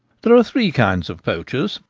there are three kinds of poachers,